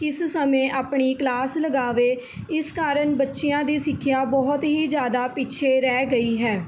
ਕਿਸ ਸਮੇਂ ਆਪਣੀ ਕਲਾਸ ਲਗਾਵੇ ਇਸ ਕਾਰਨ ਬੱਚਿਆਂ ਦੀ ਸਿੱਖਿਆ ਬਹੁਤ ਹੀ ਜ਼ਿਆਦਾ ਪਿੱਛੇ ਰਹਿ ਗਈ ਹੈ